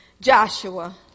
Joshua